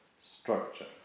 structure